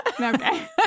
Okay